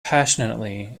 passionately